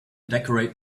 decorate